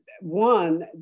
one